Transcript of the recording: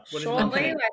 Shortly